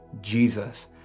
Jesus